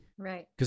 Right